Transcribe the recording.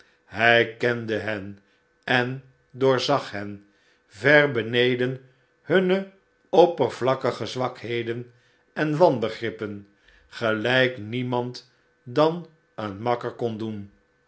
hij kende hen en doorzag hen ver beneden hunne oppervlakkige zwakheden en wanbegrippen gelijk niemand dan een makker kon doen